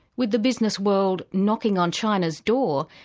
with the business world knocking on china's door,